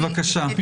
בבקשה.